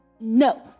no